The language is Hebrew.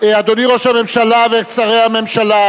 אדוני ראש הממשלה ושרי הממשלה,